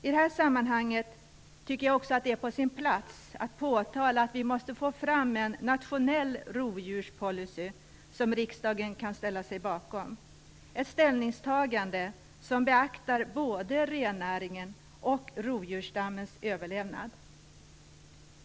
I det sammanhanget tycker jag också att det är på sin plats att påtala att vi måste få fram en nationell rovdjurspolicy som riksdagen kan ställa sig bakom. Vi måste få fram ett ställningstagande som både beaktar rennäringen och rovdjursstammens överlevnad.